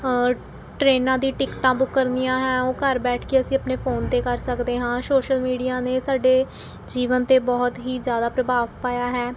ਟਰੇਨਾਂ ਦੀ ਟਿਕਟਾਂ ਬੁਕ ਕਰਨੀਆਂ ਹੈ ਉਹ ਘਰ ਬੈਠ ਕੇ ਅਸੀਂ ਆਪਣੇ ਫੋਨ 'ਤੇ ਕਰ ਸਕਦੇ ਹਾਂ ਸ਼ੋਸ਼ਲ ਮੀਡੀਆ ਨੇ ਸਾਡੇ ਜੀਵਨ 'ਤੇ ਬਹੁਤ ਹੀ ਜ਼ਿਆਦਾ ਪ੍ਰਭਾਵ ਪਾਇਆ ਹੈ